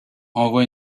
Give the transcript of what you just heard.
envoie